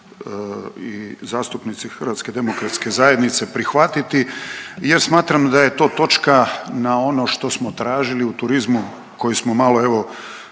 i zastupnici HDZ-a prihvatiti jer smatramo da je to točka na ono što smo tražili u turizmu koji smo malo evo